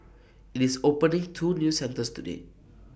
IT is opening two new centres today